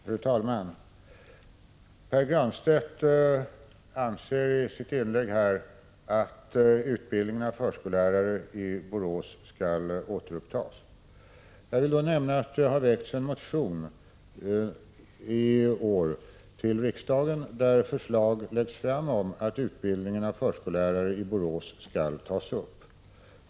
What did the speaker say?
Fru talman! Pär Granstedt sade i sitt inlägg att han anser att utbildningen av förskollärare i Borås skall återupptas. Jag vill då nämna att det har väckts en motion här i riksdagen i år där förslag läggs fram om att utbildningen av förskollärare i Borås skall tas upp.